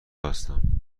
هستم